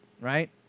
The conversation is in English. right